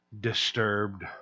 Disturbed